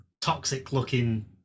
Toxic-looking –